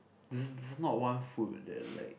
is is not one food that like